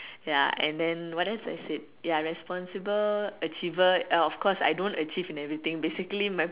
ya and then what else I said ya responsible achiever uh of course I don't achieve in everything basically my